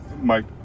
Mike